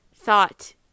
thought